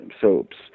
soaps